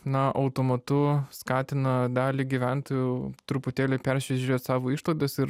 na automatu skatina dalį gyventojų truputėlį persižiūrėt savo išlaidas ir